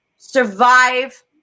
Survive